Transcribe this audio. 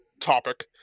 topic